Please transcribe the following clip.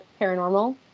paranormal